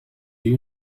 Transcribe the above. you